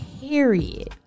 period